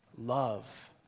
Love